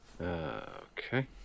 okay